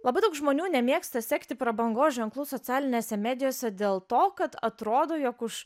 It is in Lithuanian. labai daug žmonių nemėgsta sekti prabangos ženklų socialinėse medijose dėl to kad atrodo jog už